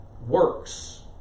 works